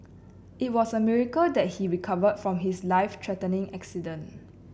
it was a miracle that he recovered from his life threatening accident